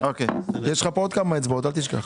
הרב גפני, יש לך פה עוד כמה אצבעות, אל תשכח.